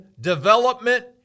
development